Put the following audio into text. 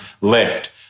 left